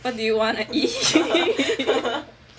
what do you want to eat